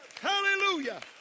Hallelujah